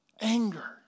Anger